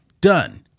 done